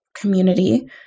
community